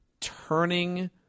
turning